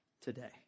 today